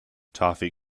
toffee